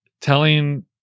telling